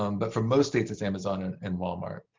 um but for most states, it's amazon and and walmart.